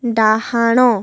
ଡାହାଣ